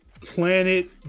planet